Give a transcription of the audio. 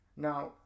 Now